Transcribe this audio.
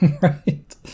Right